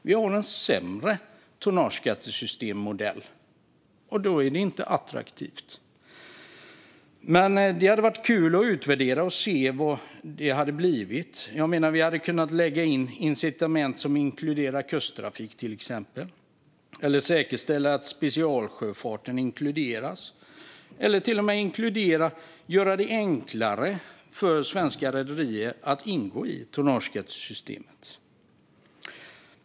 Vi har en sämre modell för tonnageskatt, och därför är den inte attraktiv. Det hade som sagt varit kul att se svaren om man utvärderade detta. Vi hade till exempel kunnat lägga in incitament som inkluderar kusttrafik. Vi hade också kunnat säkerställa att specialsjöfarten inkluderas. Vi hade även kunnat göra det enklare för svenska rederier att ingå i tonnageskattesystemet.